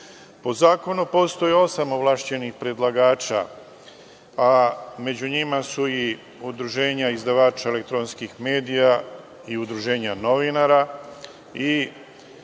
zakonu postoji osam ovlašćenih predlagača, a među njima su i udruženja izdavača elektronskih medija i udruženja novinara i